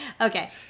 okay